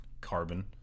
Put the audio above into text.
carbon